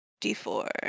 d4